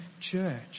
church